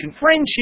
friendship